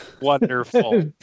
Wonderful